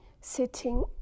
sitting